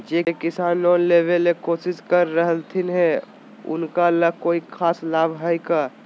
जे किसान लोन लेबे ला कोसिस कर रहलथिन हे उनका ला कोई खास लाभ हइ का?